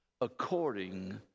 according